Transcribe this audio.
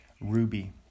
Ruby